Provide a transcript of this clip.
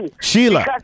Sheila